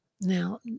Now